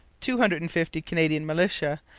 two hundred and fifty canadian militia,